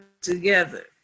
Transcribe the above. together